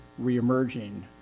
reemerging